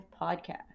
podcast